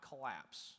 collapse